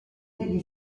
degli